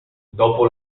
dopo